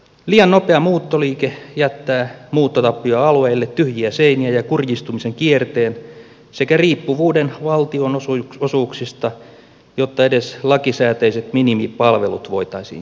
liian nopea muuttoliike jättää muuttotappioalueille tyhjiä seiniä ja kurjistumisen kierteen sekä riippuvuuden valtionosuuksista jotta edes lakisääteiset minimipalvelut voitaisiin järjestää